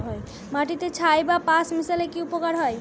মাটিতে ছাই বা পাঁশ মিশালে কি উপকার হয়?